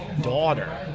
daughter